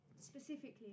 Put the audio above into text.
specifically